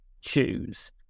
choose